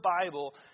Bible